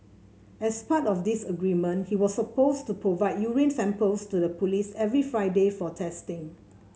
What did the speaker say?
as part of this agreement he was supposed to provide urine samples to the police every Friday for testing